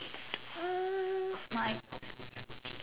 mm